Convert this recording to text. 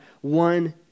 one